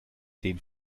den